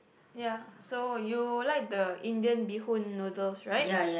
ya so you like the Indian bee-hoon all those right